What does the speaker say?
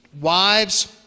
Wives